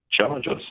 challenges